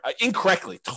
incorrectly